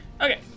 Okay